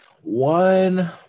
one